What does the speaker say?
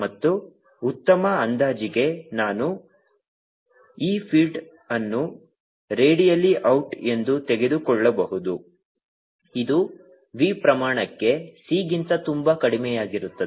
ಮತ್ತು ಉತ್ತಮ ಅಂದಾಜಿಗೆ ನಾನು e ಫೀಲ್ಡ್ ಅನ್ನು ರೇಡಿಯಲ್ ಔಟ್ ಎಂದು ತೆಗೆದುಕೊಳ್ಳಬಹುದು ಇದು v ಪ್ರಮಾಣಕ್ಕೆ c ಗಿಂತ ತುಂಬಾ ಕಡಿಮೆಯಾಗಿರುತ್ತದೆ